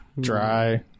Dry